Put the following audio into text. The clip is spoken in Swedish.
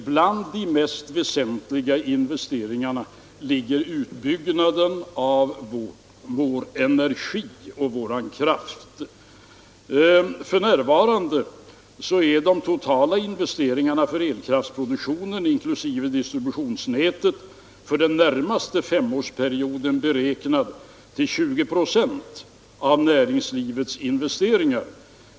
Bland de mest väsentliga investeringarna ligger utbyggnaden av vår energi och vår kraft. F. n. är de totala investeringarna för elkraftsproduktion inkl. distributionsnätet för den närmaste femårsperioden beräknade till 20 "+ av näringslivets investeringar.